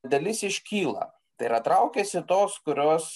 dalis iškyla tai yra traukiasi tos kurios